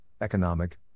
economic